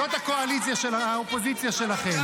זאת האופוזיציה שלכם.